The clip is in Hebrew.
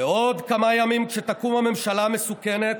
"בעוד כמה ימים, כשתקום הממשלה המסוכנת,